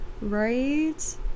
right